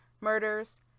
murders